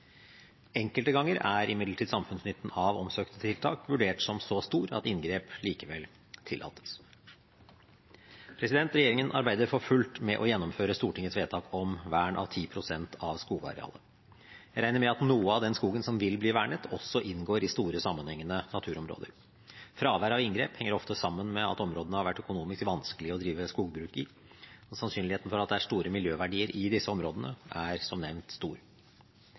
Enkelte ganger er imidlertid samfunnsnytten av omsøkte tiltak vurdert som så stor at inngrep likevel tillates. Regjeringen arbeider for fullt med å gjennomføre Stortingets vedtak om vern av 10 pst. av skogarealet. Jeg regner med at noe av den skogen som vil bli vernet, også inngår i store, sammenhengende naturområder. Fravær av inngrep henger ofte sammen med at områdene har vært økonomisk vanskelig å drive skogbruk i, og sannsynligheten for at det er store miljøverdier i disse områdene, er, som nevnt, stor.